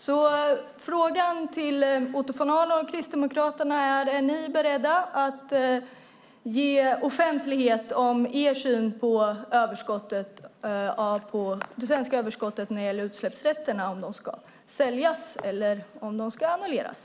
Min fråga till Otto von Arnold och Kristdemokraterna är därför: Är ni beredda att offentliggöra er syn på det svenska överskottet av utsläppsrätter, på om dessa ska säljas eller om de ska annulleras?